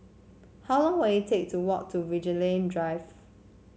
how long will it take to walk to Vigilante Drive